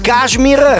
Kashmir